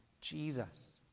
Jesus